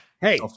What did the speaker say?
Hey